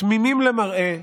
תמימים למראה,